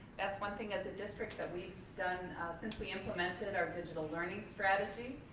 that's one thing as a district that we've done since we implemented our digital learning strategy,